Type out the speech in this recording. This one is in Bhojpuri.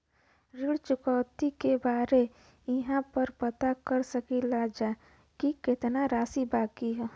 ऋण चुकौती के बारे इहाँ पर पता कर सकीला जा कि कितना राशि बाकी हैं?